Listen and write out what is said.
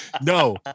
no